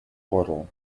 portal